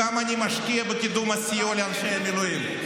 כמה אני משקיע בקידום הסיוע לאנשי מילואים,